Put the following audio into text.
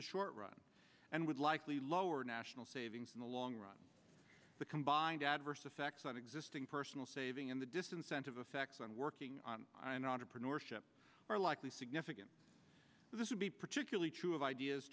the short run and would likely lower national savings in the long run the combined adverse effects on existing personal saving and the disincentive effects on working on an entrepreneurship are likely significant but this would be particularly true of ideas